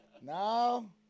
No